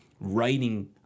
writing